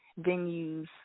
venues